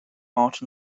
art